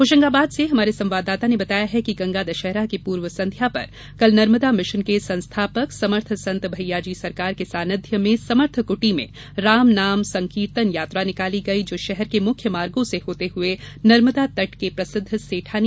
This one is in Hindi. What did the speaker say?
होशंगाबाद से हमारे संवाददाता ने बताया है कि गंगा दशहरा की पूर्व संध्या पर कल नर्मदा मिशन के संस्थापक समर्थ संत भैयाजी सरकार के सानिध्य में समर्थ कृटी से राम नाम संकीर्तन यात्रा निकाली गयी जो शहर के मुख्य मार्ग से होते हुए नर्मदा तट के प्रसिद्व सेठानी घाट पर पहुंची